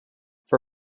for